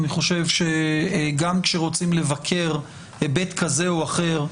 אני חושב שגם כאשר רוצים לבקר היבט כזה או אחר,